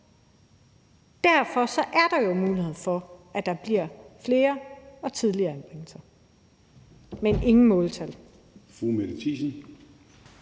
Derfor er der jo mulighed for, at der bliver flere og tidligere anbringelser. Men der er ingen måltal.